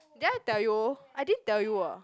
did I tell you I didn't tell you ah